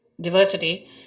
diversity